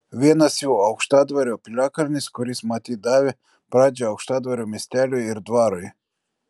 vienas jų aukštadvario piliakalnis kuris matyt davė pradžią aukštadvario miesteliui ir dvarui